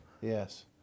Yes